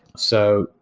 so,